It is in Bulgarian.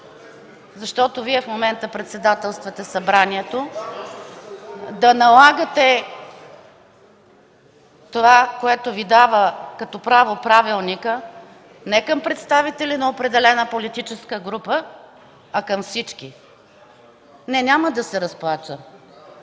защото Вие в момента председателствате Събранието, да налагате това, което Ви дава като право Правилникът, не към представители на определена политическа група, а към всички. РЕПЛИКА ОТ ДПС: